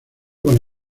con